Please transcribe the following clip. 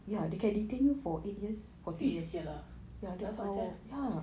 eh !siala! rabak sia